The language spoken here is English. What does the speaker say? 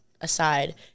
aside